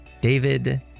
david